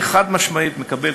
אני חד-משמעית מקבל,